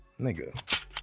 Nigga